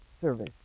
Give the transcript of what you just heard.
service